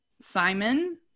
Simon